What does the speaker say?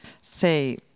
say